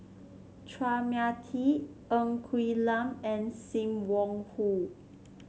Chua Mia Tee Ng Quee Lam and Sim Wong Hoo